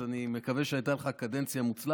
אז אני מקווה שהייתה לך קדנציה מוצלחת,